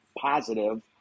Positive